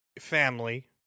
family